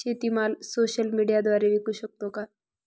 शेतीमाल सोशल मीडियाद्वारे विकू शकतो का?